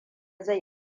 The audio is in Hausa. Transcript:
zai